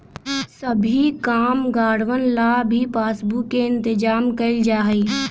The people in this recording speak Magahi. सभी कामगारवन ला भी पासबुक के इन्तेजाम कइल जा हई